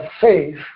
faith